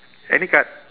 any card